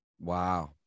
Wow